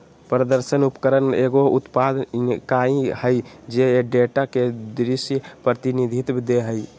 प्रदर्शन उपकरण एगो उत्पादन इकाई हइ जे डेटा के दृश्य प्रतिनिधित्व दे हइ